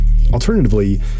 Alternatively